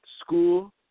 school